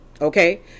Okay